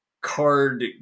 card